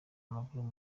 w’amaguru